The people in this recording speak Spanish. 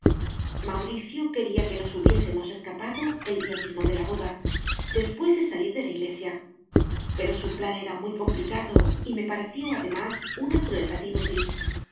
mauricio quería que nos hubiéramos escapado el día mismo de la boda después de salir de la iglesia pero su plan era muy complicado y me pareció además una crueldad inútil